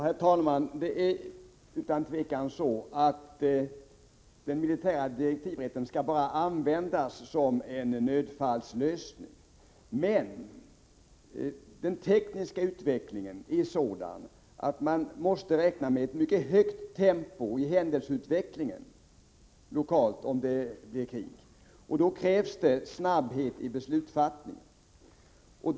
Herr talman! Det är utan tvivel så att den militära direktivrätten skall användas endast som en nödfallslösning. Men den tekniska utvecklingen är sådan att man måste räkna med ett mycket högt tempo i händelseutvecklingen lokalt om det blir krig, och då krävs det snabbhet i beslutsfattandet.